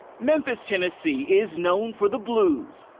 memphis, tennessee is known for the blues,